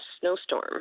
snowstorm